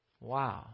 Wow